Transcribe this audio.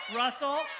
russell